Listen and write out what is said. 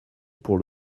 pour